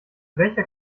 welcher